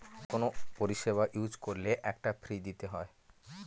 কোনো পরিষেবা ইউজ করলে একটা ফী দিতে হয়